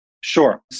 Sure